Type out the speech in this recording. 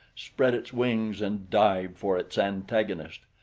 spread its wings and dived for its antagonist.